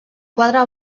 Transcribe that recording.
quadre